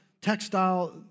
textile